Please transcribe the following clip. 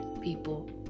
people